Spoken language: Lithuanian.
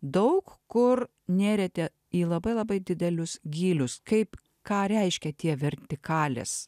daug kur nėrėte į labai labai didelius gylius kaip ką reiškia tie vertikalės